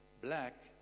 black